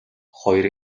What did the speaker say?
хоёр